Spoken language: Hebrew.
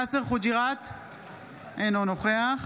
אינו נוכח